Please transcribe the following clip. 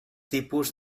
tipus